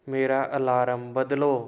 ਮੇਰਾ ਅਲਾਰਮ ਬਦਲੋ